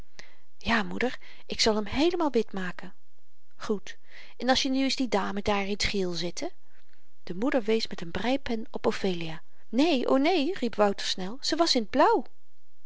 ja moeder ik zal m heelemaal wit maken goed en als je nu eens die dame daar in t geel zette de moeder wees met n breipen op ophelia neen o neen riep wouter snel ze was in t blauw